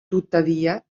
tuttavia